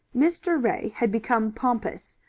mr. ray had become pompous,